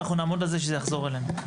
אבל אנחנו נעמוד על זה שזה יחזור אלינו.